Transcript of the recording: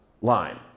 line